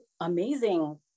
amazing